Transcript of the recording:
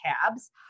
tabs